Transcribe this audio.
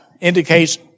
indicates